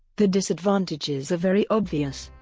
the disadvantages are very obvious.